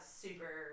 super